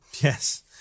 Yes